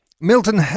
Milton